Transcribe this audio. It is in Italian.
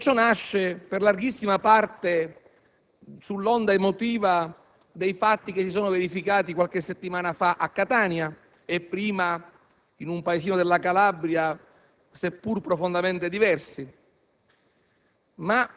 tutto ciò nasce per larghissima parte sull'onda emotiva dei fatti che si sono verificati qualche settimana fa a Catania e, prima, in un paesino della Calabria, seppur profondamente diversi;